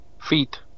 feet